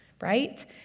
right